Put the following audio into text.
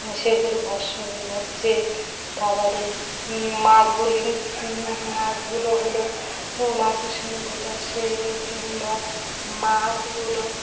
সেগুলো ভস্ম হয়ে যাচ্ছে তার বাদে মাছগুলি মাছগুলো হলো মাছের সঙ্গে ভুত আসে কিংবা মাছগুলো